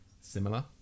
similar